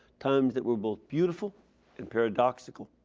times that were both beautiful and paradoxical.